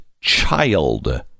child